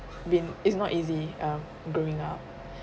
been it's not easy um growing up